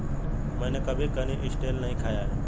मैंने कभी कनिस्टेल नहीं खाया है